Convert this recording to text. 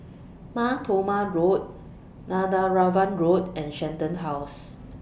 Mar Thoma Road Netheravon Road and Shenton House